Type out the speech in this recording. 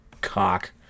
cock